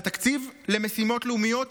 התקציב למשימות לאומיות,